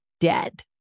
dead